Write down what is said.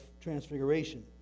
Transfiguration